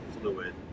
fluid